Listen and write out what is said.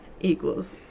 equals